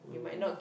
mm